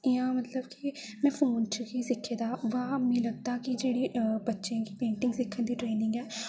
इ'यां मतलब की में फोन च गै सिक्खे दा बा मिगी लगदा ऐ जेह्ड़ी बच्चें गी पेंटिंग सिक्खन दी ट्रेनिंग ऐ